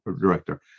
director